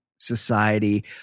society